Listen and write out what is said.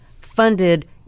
funded